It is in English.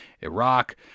Iraq